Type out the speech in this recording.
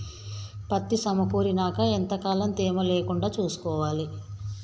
పత్తి సమకూరినాక ఎంత కాలం తేమ లేకుండా చూసుకోవాలి?